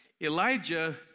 Elijah